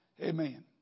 Amen